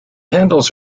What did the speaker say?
handles